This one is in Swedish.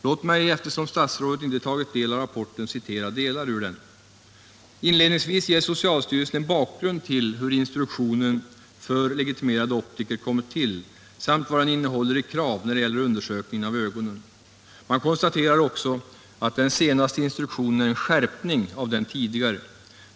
Låt mig eftersom statsrådet inte tagit del av rapporten redogöra för delar av den: Inledningsvis ger socialstyrelsen en bakgrund till hur instruktionen för legitimerade optiker kommit till samt vad den innehåller av krav när det gäller undersökning av ögonen. Man konstaterar i det sammanhanget att den senaste instruktionen är en skärpning av den tidigare.